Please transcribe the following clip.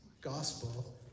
Gospel